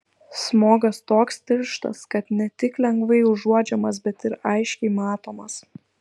smogas toks tirštas kad ne tik lengvai uodžiamas bet ir aiškiai matomas